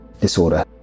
disorder